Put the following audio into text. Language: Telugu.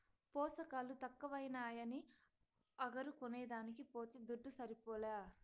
పోసకాలు తక్కువైనాయని అగరు కొనేదానికి పోతే దుడ్డు సరిపోలా